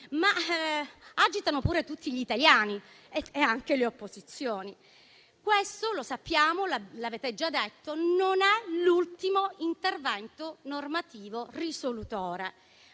ma agitano pure tutti gli italiani e anche le opposizioni. Questo lo sappiamo, l'avete già detto, non è l'ultimo intervento normativo risolutore,